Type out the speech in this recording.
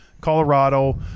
Colorado